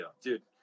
Dude